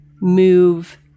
move